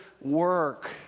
work